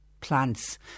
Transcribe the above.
plants